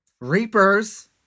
Reapers